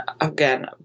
again